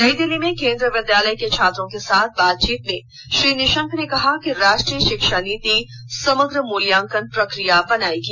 नई दिल्ली में केंद्रीय विद्यालय के छात्रों के साथ बातचीत में श्री निशंक ने कहा कि राष्ट्रीय शिक्षा नीति समग्र मूल्यांकन प्रक्रिया बनाएगी